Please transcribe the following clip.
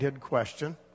question